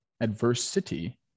Adversity